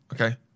Okay